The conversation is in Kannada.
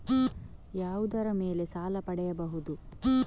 ಯಾವುದರ ಮೇಲೆ ಸಾಲ ಪಡೆಯಬಹುದು?